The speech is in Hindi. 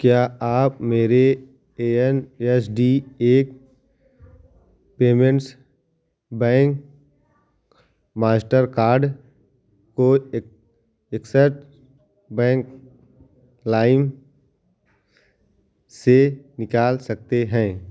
क्या आप मेरे एन एस डी एक पेमेंट्स बैंक मास्टरकार्ड को एक एक्सेट बैंक लाइम से निकाल सकते हैं